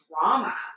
drama